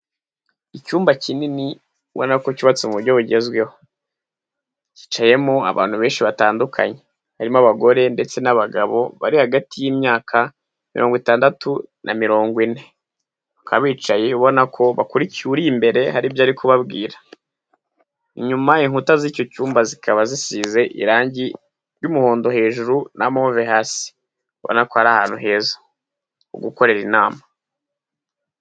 Icyumba kinini ubona ko cyubatse mu buryo bugezweho, cyicayemo abantu benshi batandukanye harimo abagore ndetse n'abagabo bari hagati y'imyaka mirongo itandatu na mirongo ine, bakaba bicaye ubona ko bakurikiye uri imbere haribyo ari kubabwira. Inyuma inkuta z'icyo cyumba zikaba zisize irangi ry'umuhondo hejuru na move hasi ubona ko ari ahantu heza ho gukorera inama.